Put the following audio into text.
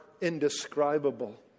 indescribable